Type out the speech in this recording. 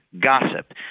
gossip